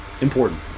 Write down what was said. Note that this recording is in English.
important